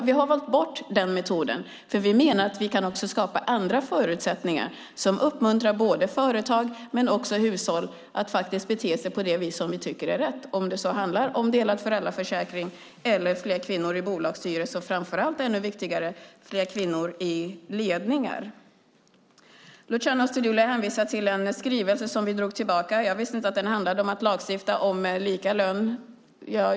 Vi har valt bort den metoden, för vi menar att vi kan skapa andra förutsättningar som uppmuntrar både företag och hushåll att bete sig på det vis som vi tycker är rätt om det så handlar om delad föräldraförsäkring eller fler kvinnor i bolagsstyrelser, och, vilket är ännu viktigare, fler kvinnor i ledningar. Luciano Astudillo hänvisar till en skrivelse som vi drog tillbaka. Jag visste inte att den handlade om att lagstifta om lika lön.